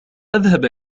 أذهب